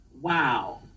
Wow